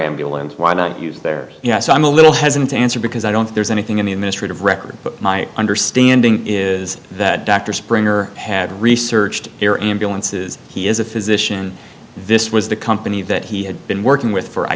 ambulance why not use their yes i'm a little hesitant to answer because i don't there's anything in the administrative record but my understanding is that dr springer had researched air ambulances he is a physician this was the company that he had been working with for i